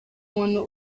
muntu